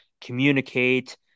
communicate